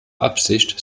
absicht